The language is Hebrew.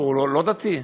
או לא דתי?